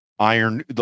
Iron